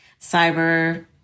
cyber